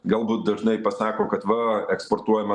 galbūt dažnai pasako kad va eksportuojama